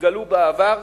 שהתגלו בעבר.